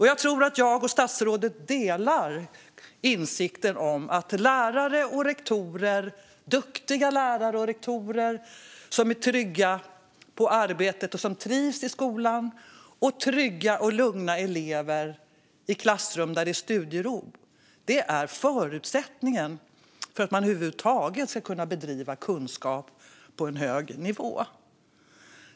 Jag tror att jag och statsrådet delar insikten om att duktiga lärare och rektorer som är trygga på arbetet och trivs i skolan och trygga och lugna elever i klassrum med studiero är förutsättningen för att man över huvud taget ska kunna bedriva kunskap på en hög nivå.